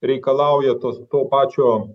reikalauja tos to pačio